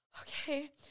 Okay